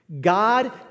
God